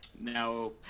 Now